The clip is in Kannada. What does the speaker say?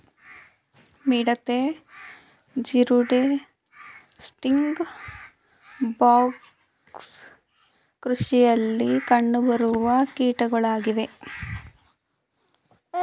ಮಿಡತೆ, ಜೀರುಂಡೆ, ಸ್ಟಿಂಗ್ ಬಗ್ಸ್ ಕೃಷಿಯಲ್ಲಿ ಕಂಡುಬರುವ ಕೀಟಗಳಾಗಿವೆ